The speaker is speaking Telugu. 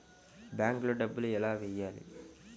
బ్యాంక్లో డబ్బులు ఎలా వెయ్యాలి?